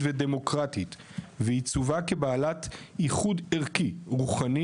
ודמוקרטית ועיצובה כבעלת ייחוד ערכי רוחני